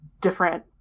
different